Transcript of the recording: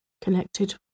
connected